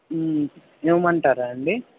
ఇవ్వమంటారా అండి